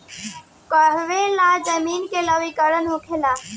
काहें ला जमीन के लवणीकरण होखेला